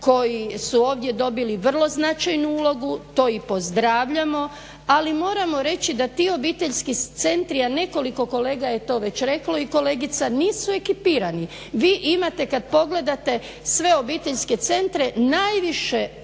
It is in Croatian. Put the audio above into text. koji su ovdje dobili vrlo značajnu ulogu, to i pozdravljamo, ali moramo reći da ti obiteljski centri a nekoliko kolega je to već reklo i kolegica, nisu ekipirani. Vi imate kad pogledate sve obiteljske centre najviše